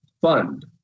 fund